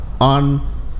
on